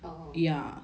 oh